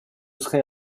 serait